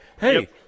hey –